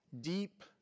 deep